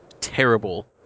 terrible